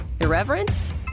Irreverence